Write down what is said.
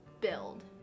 build